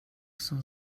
som